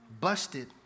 busted